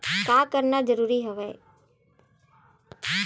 का करना जरूरी हवय?